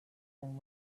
than